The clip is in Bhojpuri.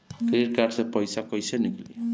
क्रेडिट कार्ड से पईसा केइसे निकली?